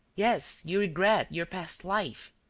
yes, you regret your past life,